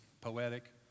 poetic